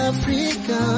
Africa